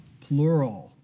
Plural